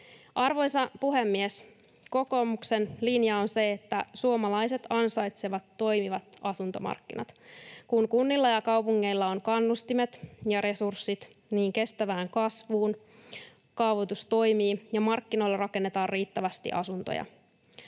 Arvoisa puhemies! Kokoomuksen linja on se, että suomalaiset ansaitsevat toimivat asuntomarkkinat. Kun kunnilla ja kaupungeilla on kannustimet ja resurssit kestävään kasvuun, kaavoitus toimii ja markkinoilla rakennetaan riittävästi asuntoja.